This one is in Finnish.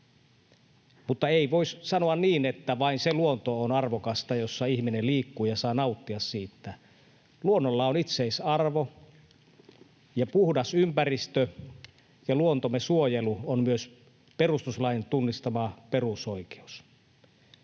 Mutta ei voi sanoa niin, että vain se luonto on arvokasta, jossa ihminen liikkuu ja josta saa nauttia. Luonnolla on itseisarvo, ja puhdas ympäristö ja luontomme suojelu on myös perustuslain tunnistama perusoikeus.